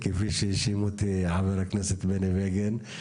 כפי שהאשים אותי חבר הכנסת בני בגין.